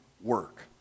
work